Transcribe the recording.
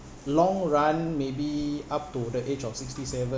long run maybe up to the age of sixty seven